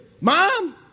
mom